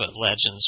legends